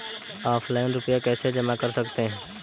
Offline रुपये कैसे जमा कर सकते हैं?